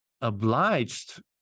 obliged